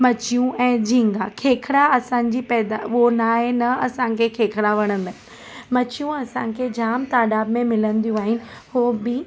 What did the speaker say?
मच्छियूं ऐं झिंगा खेखरा असांजी पैदा हु नाहे न असांखे खेखरा वणंदा आहिनि माच्छियूं असांखे जामु तइदादु में मिलंदियूं आहिनि हू बि